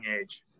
age